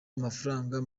amafaranga